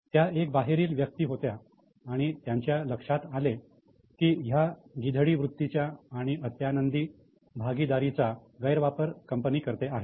त्या एक बाहेरील व्यक्ती होत्या आणि त्यांच्या लक्षात आले की या गीधडी वृत्तीच्या आणि आत्यानंदी भागीदारीचा गैरवापर कंपनी करते आहे